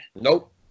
Nope